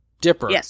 Dipper